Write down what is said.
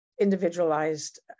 individualized